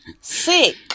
Sick